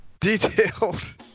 detailed